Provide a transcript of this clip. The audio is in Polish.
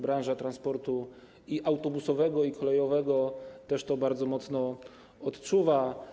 Branża transportu autobusowego i kolejowego też bardzo mocno to odczuwa.